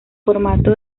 formato